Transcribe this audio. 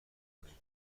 بمانید